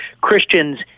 Christians